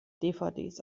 dvds